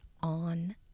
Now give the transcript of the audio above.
on